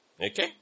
okay